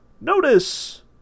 Notice